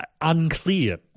unclear